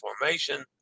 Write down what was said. formation